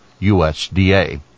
USDA